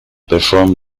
performed